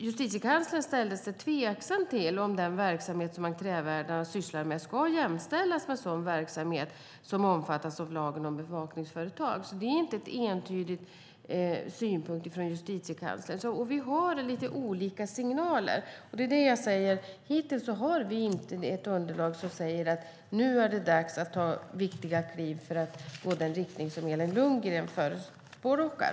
Justitiekanslern ställde sig tveksam till om den verksamhet som entrévärdar sysslar med ska jämställas med sådan verksamhet som omfattas av lagen om bevakningsföretag. Det är alltså inte en entydig synpunkt från Justitiekanslern. Vi har lite olika signaler, och det är det jag säger. Hittills har vi inte ett underlag som säger att det nu är dags att ta viktiga kliv för att gå i den riktning som Elin Lundgren förespråkar.